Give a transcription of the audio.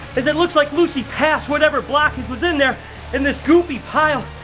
is it looks like lucy passed whatever blockage was in there in this goopy pile,